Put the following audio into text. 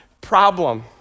problem